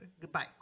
Goodbye